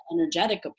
energetic